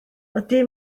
ydy